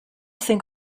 think